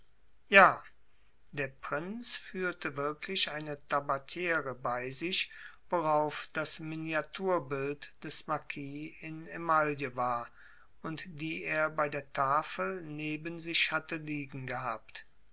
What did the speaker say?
ja der prinz führte wirklich eine tabatiere bei sich worauf das miniaturbild des marquis in emaille war und die er bei der tafel neben sich hatte liegen gehabt